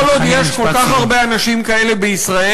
כל עוד יש כל כך הרבה אנשים כאלה בישראל,